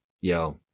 yo